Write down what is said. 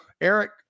Eric